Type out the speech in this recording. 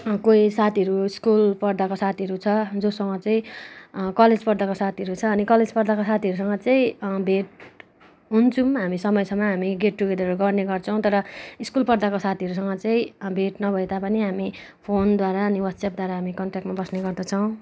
कोही साथीहरू स्कुल पढ्दाको साथीहरू छ जोसँग चाहिँ कलेज पढ्दाको साथीहरू छ अनि कलेज पढ्दाको साथीहरूसँग चाहिँ भेट हुन्छौँ हामी समय समयमा हामी गेट टुगेदर गर्ने गर्छौँ तर स्कुल पढ्दाको साथीहरूसँग चाहिँ भेट नभए तापनि हामी फोनद्वारा अनि हामी वाटस्यापद्वारा हामी कन्ट्याक्टमा बस्ने गर्दछौँ